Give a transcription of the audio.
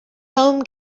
home